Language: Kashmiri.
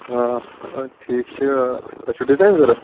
آ ٹھیٖک چھُ تۄہہِ چھُو ڈِزایِن ضوٚرَتھ